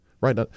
right